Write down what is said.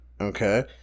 Okay